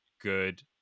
good